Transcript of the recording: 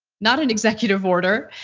not an executive order,